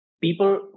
people